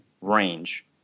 range